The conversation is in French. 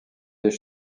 des